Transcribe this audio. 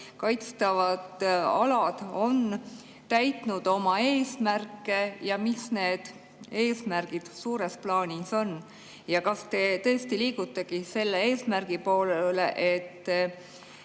kaitstavad alad on täitnud oma eesmärke? Mis need eesmärgid suures plaanis on? Kas te tõesti liigutegi selle eesmärgi poole, et